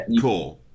cool